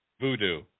Voodoo